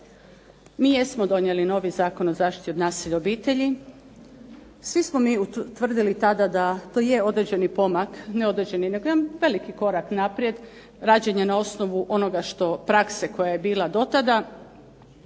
mi jesmo donijeli novi Zakon o zaštiti od nasilja u obitelji, svi smo mi utvrdili da je to određeni pomak, ne određeni nego jedan veliki korak naprijed rađenja na osnovu onoga što prakse koja je bila do tada.